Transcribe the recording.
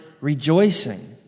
rejoicing